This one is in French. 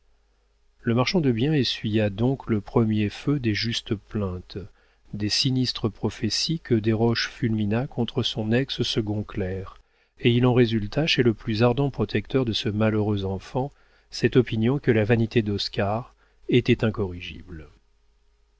le marchand de biens essuya donc le premier feu des justes plaintes des sinistres prophéties que desroches fulmina contre son ex second clerc et il en résulta chez le plus ardent protecteur de ce malheureux enfant cette opinion que la vanité d'oscar était incorrigible